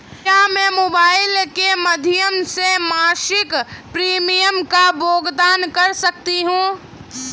क्या मैं मोबाइल के माध्यम से मासिक प्रिमियम का भुगतान कर सकती हूँ?